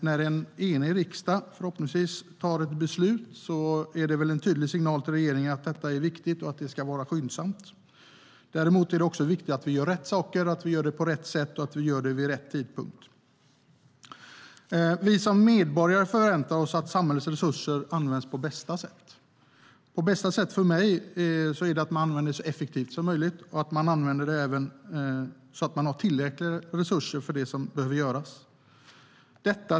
När en enig riksdag förhoppningsvis fattar ett beslut är det en tydlig signal till regeringen att detta är viktigt och ska ske skyndsamt. Det är också viktigt att vi gör rätt saker, gör det på rätt sätt och vid rätt tidpunkt. Vi som medborgare förväntar oss att samhällets resurser används på bästa sätt. Bästa sätt för mig är att de används så effektivt som möjligt och att vi även har tillräckliga resurser för det som behöver göras.